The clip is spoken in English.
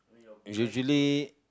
it's usually